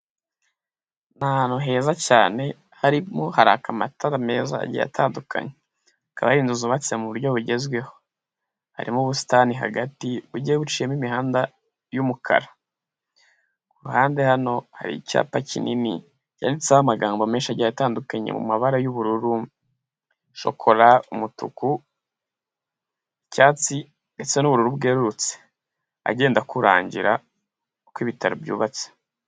Ni ahantu heza cyane harimo haraka amatara meza agiye atandukanye. Akaba ari inzu zubatse mu buryo bugezweho, harimo ubusitani hagati bugiye buciyemo imihanda y'umukara. Ku ruhande hano hari icyapa kinini cyanditseho amagambo menshi agiye atandukanye mu mabara y'ubururu, shokora, umutuku, icyatsi ndetse nu'ubururu bwerurutse, agenda akurangira uko ibitaro byubatse.